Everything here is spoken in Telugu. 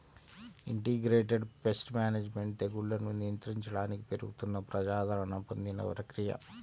ఇంటిగ్రేటెడ్ పేస్ట్ మేనేజ్మెంట్ తెగుళ్లను నియంత్రించడానికి పెరుగుతున్న ప్రజాదరణ పొందిన ప్రక్రియ